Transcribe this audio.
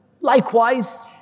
likewise